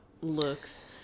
looks